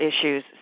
issues